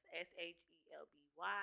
S-H-E-L-B-Y